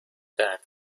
درد